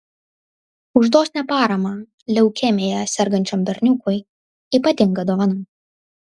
už dosnią paramą leukemija sergančiam berniukui ypatinga dovana